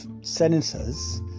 senators